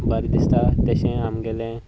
बरें दिसता तशें आमगेलें